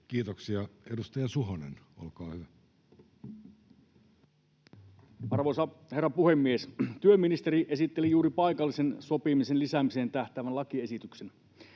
Time: 14:38 Content: Arvoisa herra puhemies! Työministeri esitteli juuri paikallisen sopimisen lisäämiseen tähtäävän lakiesityksen.